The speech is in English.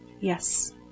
Yes